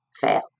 fail